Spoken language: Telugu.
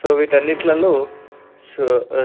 సో వీటి అన్నిటిలల్లో షూ